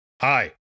Hi